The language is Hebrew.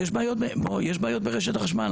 יש בעיות ברשת החשמל,